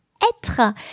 être